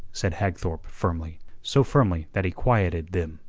said hagthorpe firmly, so firmly that he quieted them.